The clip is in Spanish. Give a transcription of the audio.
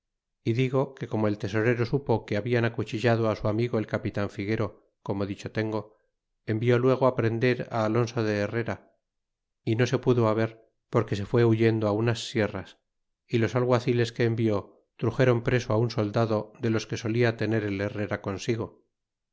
y digo que como el tesorero supo que habian chillado su amigo el capitan figuero como dicho tengo envió luego prender alonso de ilervera eno se pudo haber porque se fué huyendo n unas sierras y los alguaciles que envió truxéron preso un soldado de los que solia tener el berrera consigo